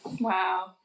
Wow